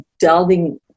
delving